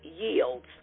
yields